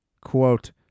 quote